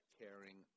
caring